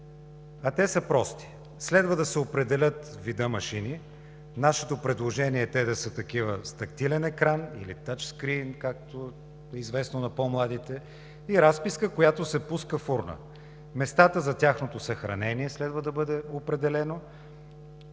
а те са прости. Следва да се определи видът на машините. Нашето предложение е да са такива с тактилен екран или тъч скрийн, както е известно на по-младите, и разписка, която се пуска в урна. Следва да бъдат определени